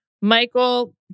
Michael